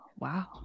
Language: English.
Wow